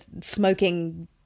smoking